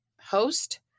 host